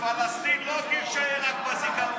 פלסטין לא תישאר, רק בזיכרון.